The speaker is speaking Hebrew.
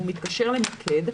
הוא מתקשר למוקד.